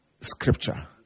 scripture